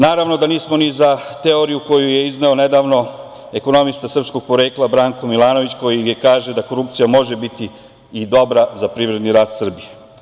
Naravno da nismo ni za teoriju koju je izneo nedavno ekonomista srpskog porekla, Branko Milanović, koji kaže da korupcija može biti i dobra za privredni rast Srbije.